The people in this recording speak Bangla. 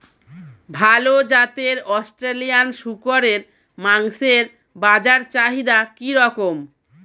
ভাল জাতের অস্ট্রেলিয়ান শূকরের মাংসের বাজার চাহিদা কি রকম?